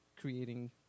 creating